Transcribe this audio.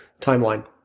timeline